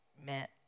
met